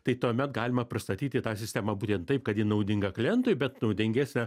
tai tuomet galima pristatyti tą sistemą būtent taip kad ji naudinga klientui bet naudingesnė